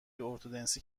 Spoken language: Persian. ارتدنسی